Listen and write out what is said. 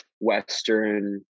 western